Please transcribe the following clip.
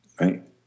right